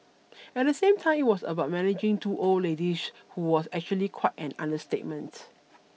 at the same time it was about managing two old ladies who was actually quite an understatement